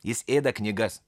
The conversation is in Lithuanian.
jis ėda knygas